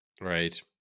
Right